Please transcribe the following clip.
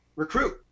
recruit